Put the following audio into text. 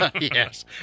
Yes